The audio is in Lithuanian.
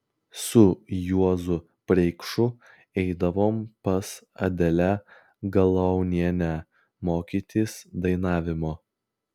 su juozu preikšu eidavom pas adelę galaunienę mokytis dainavimo